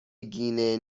گینه